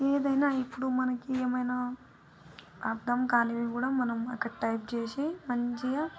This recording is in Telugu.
ఏదైనా ఇప్పుడు మనకి ఏమైనా అర్థం కానివి కూడా మనం అక్కడ టైప్ చేసి మంచిగా